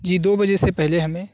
جی دو بجے سے پہلے ہمیں